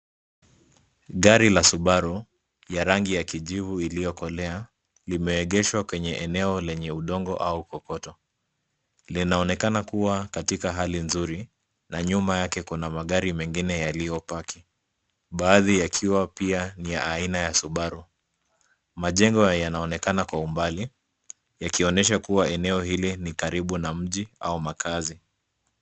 Gari la Subaru ya rangi ya kijivu iliyokolea, limeegeshwa kwenye eneo lenye udongo au kokoto. Linaonekana kuwa katika hali nzuri na nyuma yake kuna magari mengine yaliyopaki, baadhi yakiwa pia ni ya aina ya Subaru. Majengo yanaonekana kwa umbali, yakionyesha kuwa eneo hili ni karibu na mji au makazi.